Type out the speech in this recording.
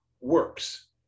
works